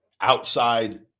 outside